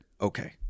okay